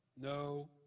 no